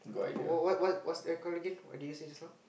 what what what's that called again what did you say just now